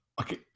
Okay